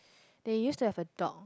they used to have a dog